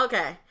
Okay